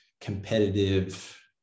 competitive